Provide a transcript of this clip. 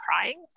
crying